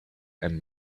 and